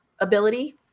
ability